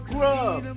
Grub